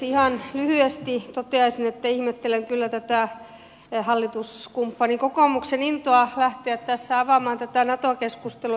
ihan lyhyesti toteaisin että ihmettelen kyllä tätä hallituskumppani kokoomuksen intoa lähteä tässä avaamaan tätä nato keskustelua